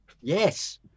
Yes